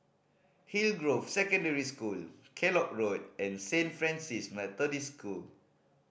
Hillgrove Secondary School Kellock Road and Saint Francis Methodist School